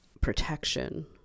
protection